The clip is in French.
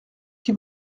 qui